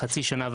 אחרי חצי שנה,